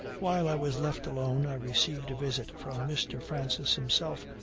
while i was left alone i received a visit from mr. francis himself,